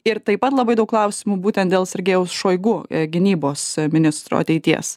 ir taip pat labai daug klausimų būtent dėl sergejaus šoigu jeigu gynybos ministro ateities